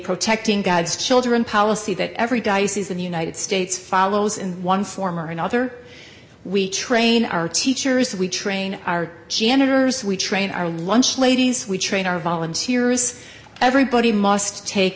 protecting god's children policy that every diocese in the united states follows in one form or another we train our teachers we train our janitors we train our lunch ladies we train our volunteers everybody must take